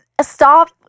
stop